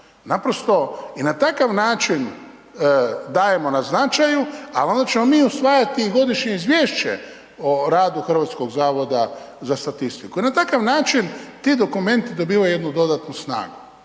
Naprosto i na takav način dajemo na značaju, a onda ćemo mi usvajati i godišnje izvješće o radu HZS-a i na takav način ti dokumenti dobivaju jednu dodatnu snagu